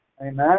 Amen